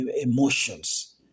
emotions